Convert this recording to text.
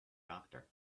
doctor